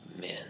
men